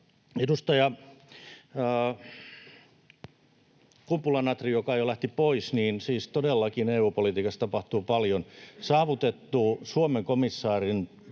Edustaja Kumpula-Natrille, joka lähti jo pois: Siis todellakin EU-politiikassa tapahtuu paljon. Saavutettu Suomen komissaarin